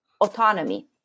autonomy